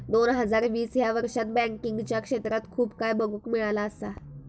दोन हजार वीस ह्या वर्षात बँकिंगच्या क्षेत्रात खूप काय बघुक मिळाला असा